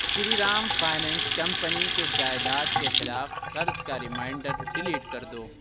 شری Ram finance company کے جائداد کے خلاف قرض کا ریمائینڈر ڈیلیٹ کر دو